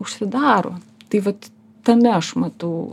užsidaro tai vat tame aš matau